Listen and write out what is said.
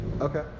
Okay